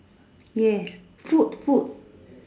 yes food food